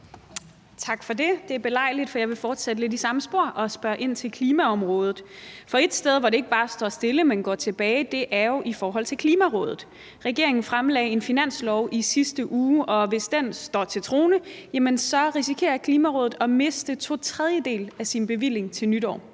Tak for det. Det er belejligt, for jeg vil fortsætte lidt i samme spor og spørge ind til klimaområdet. For et sted, hvor det ikke bare står stille, men går tilbage, er jo i forhold til Klimarådet. Regeringen fremlagde en finanslov i sidste uge, og hvis den står til troende, risikerer Klimarådet at miste to tredjedele af sin bevilling til nytår.